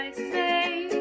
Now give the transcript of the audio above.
say,